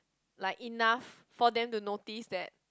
like enough for them to notice that